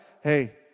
Hey